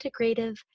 integrative